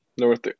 North